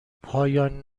پایان